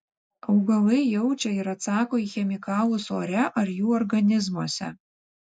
augalai jaučia ir atsako į chemikalus ore ar jų organizmuose